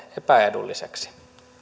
epäedulliseksi